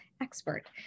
expert